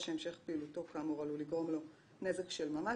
או שהמשך פעילותו כאמור עלול לגרום לו נזק של ממש,